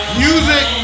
music